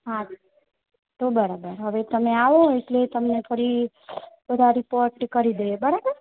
હા તો બરાબર હવે તમે આવો એટલે તમને ફરી બધા રીપોર્ટ કરી દઈએ બરાબર